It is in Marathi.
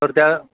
तर त्या